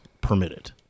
permitted